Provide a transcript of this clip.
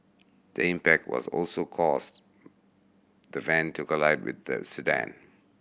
the impact was also caused the van to collide with the sedan